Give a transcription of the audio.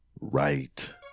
right